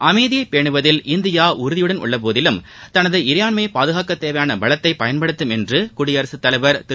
அமைதியை பேணுவதில் இந்தியா உறுதியுடன் உள்ள போதிலும் தனது இறையாண்மையை பாதுகாக்கத் தேவையான பலத்தை பயன்படுத்தும் என்று குடியரசுத்தலைவர் திரு